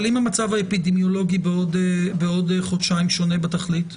אבל אם המצב האפידמיולוגי בעוד חודשיים שונה בתכלית?